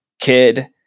kid